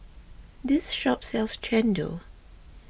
this shop sells Chendol